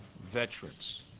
veterans